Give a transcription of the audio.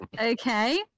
Okay